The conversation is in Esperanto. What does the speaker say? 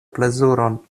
plezuron